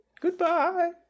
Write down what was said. Goodbye